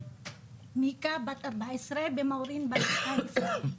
מיקה בת 14, ומאורין בת 12,